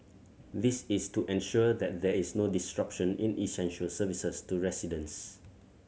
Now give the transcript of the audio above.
this is to ensure that there is no disruption in essential services to residents